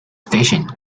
station